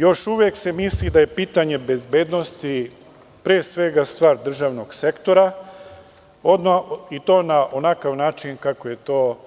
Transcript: Još uvek se misli da je pitanje bezbednosti, pre svega, stvar državnog sektora i to na onakav način kako je to